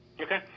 okay